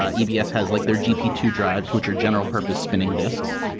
ah ebs has like their g p two drives, which are general-purpose spinning disks.